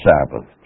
Sabbath